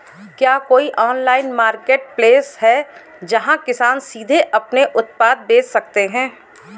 क्या कोई online marketplace है जहाँ किसान सीधे अपने उत्पाद बेच सकते हैं?